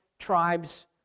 tribes